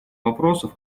вопросов